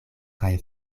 kaj